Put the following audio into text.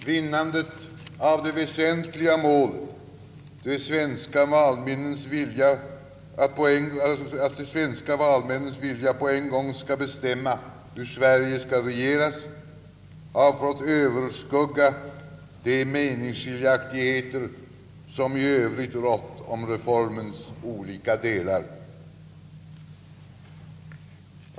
Vinnandet av det väsentliga målet att de svenska valmännens vilja på en gång skall bestämma hur Sverige skall regeras har fått överskugga de meningsskiljaktigheter, som i övrigt rått om reformens olika delar.